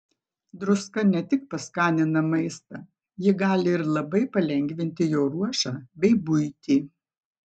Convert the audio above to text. druska ne tik paskanina maistą ji gali ir labai palengvinti jo ruošą bei buitį